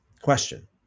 Question